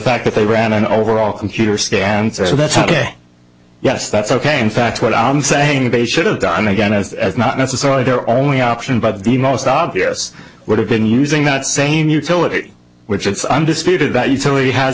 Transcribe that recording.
fact that they ran an overall computer scan so that's ok yes that's ok in fact what i'm saying they should have done again as as not necessarily their only option but the most obvious would have been using that same utility which it's undisputed